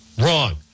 Wrong